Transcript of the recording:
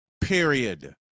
Period